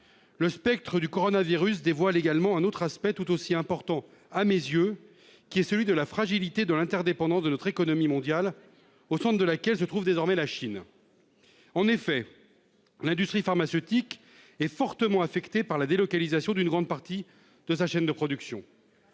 le spectre du coronavirus dévoile également un autre aspect, tout aussi important à mes yeux, à savoir la fragilité et l'interdépendance de notre économie mondiale, ... Très bien !... au centre de laquelle se trouve désormais la Chine. En effet, l'industrie pharmaceutique est fortement affectée par la délocalisation d'une grande partie de sa chaîne de production.